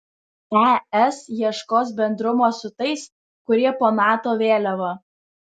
es ieškos bendrumo su tais kurie po nato vėliava